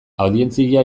audientzia